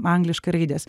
angliškai raidės